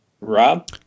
Rob